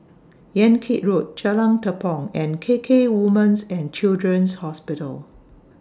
Yan Kit Road Jalan Tepong and K K Women's and Children's Hospital